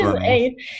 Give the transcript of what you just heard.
eight